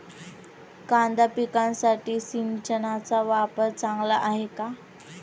कांदा पिकासाठी सिंचनाचा वापर चांगला आहे का?